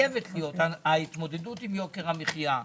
ההתמודדות עם יוקר המחיה,